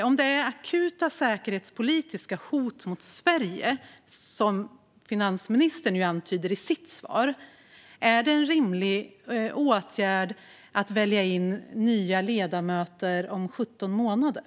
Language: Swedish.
Om det är akuta säkerhetspolitiska hot mot Sverige, som finansministern antyder i sitt svar, är det då en rimlig åtgärd att välja in nya ledamöter om 17 månader?